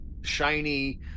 shiny